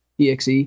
EXE